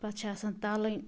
پَتہ چھِ آسان تَلٕنی